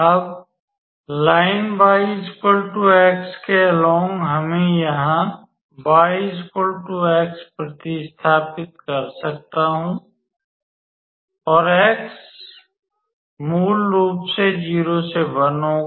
अब लाइन 𝑦 𝑥 के अलोंग मैं यहां 𝑦 x प्र्तिस्थापित कर सकता हूं और x मूल रूप से 0 से 1 होगा